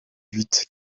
huit